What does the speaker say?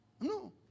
No